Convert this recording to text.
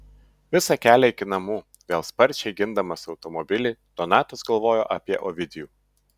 visą kelią iki namų vėl sparčiai gindamas automobilį donatas galvojo apie ovidijų